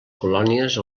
colònies